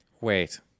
Wait